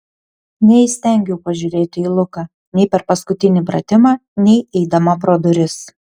neįstengiau pažiūrėti į luką nei per paskutinį pratimą nei eidama pro duris